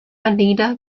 anita